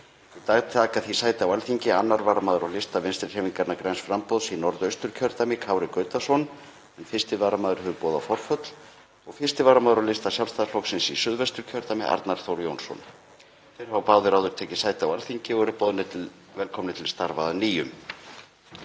Í dag taka því sæti á Alþingi 2. varamaður á lista Vinstrihreyfingarinnar – græns framboðs í Norðausturkjördæmi, Kári Gautason, en 1. varamaður hefur boðað forföll, og 1. varamaður á lista Sjálfstæðisflokksins í Suðvesturkjördæmi, Arnar Þór Jónsson. Þeir hafa báðir áður tekið sæti á Alþingi og eru boðnir velkomnir til starfa að nýju.